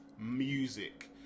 music